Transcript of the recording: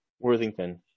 worthington